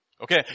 Okay